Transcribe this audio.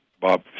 Bob